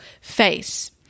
face